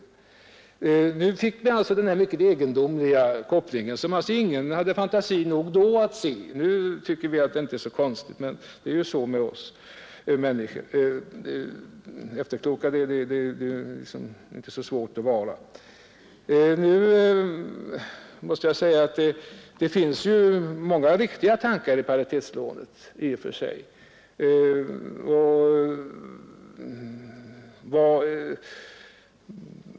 Men nu fick vi denna mycket egendomliga koppling som ingen tidigare hade fantasi nog att föreställa sig, och nu tycker vi inte längre att det är så konstigt. Det är ju så med oss människor; det är inte svårt att vara efterklok. Men det finns många i och för sig riktiga tankar i paritetslånen.